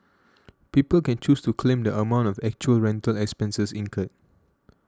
people can choose to claim the amount of actual rental expenses incurred